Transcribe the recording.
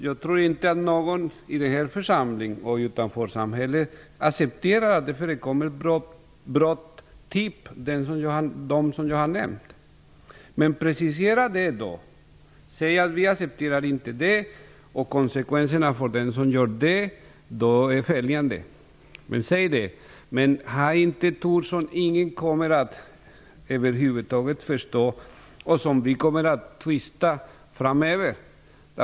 Jag tror inte att någon i den här församlingen eller i samhället utanför accepterar att det förekommer brott av det slag som jag har nämnt. Men precisera det då! Säg att vi inte accepterar dessa brott och tala om vilka konsekvenserna blir för den som begår dem! Men använd inte ett ord som ingen kommer att förstå över huvud taget och som vi kommer att tvista om framöver!